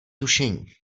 tušení